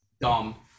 Dumb